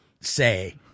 say